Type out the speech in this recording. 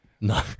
No